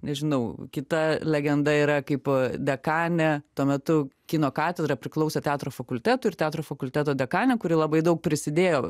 nežinau kita legenda yra kaip dekanė tuo metu kino katedra priklauso teatro fakultetui ir teatro fakulteto dekanė kuri labai daug prisidėjo